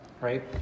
right